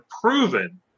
proven